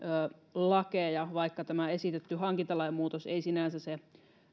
lakeja vaikka tämä esitetty hankintalain muutos ei sinänsä